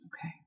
Okay